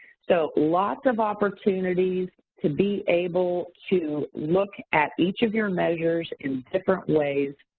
so, lots of opportunities to be able to look at each of your measures in different ways